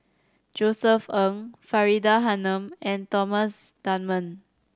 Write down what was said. Josef Ng Faridah Hanum and Thomas Dunman